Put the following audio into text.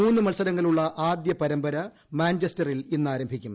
മൂന്ന് മത്സരങ്ങളുളള ആദ്യ പരമ്പര മാഞ്ചസ്റ്ററിൽ ഇന്ന് ആരംഭിക്കും